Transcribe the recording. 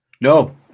No